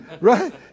Right